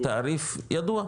תעריף ידוע,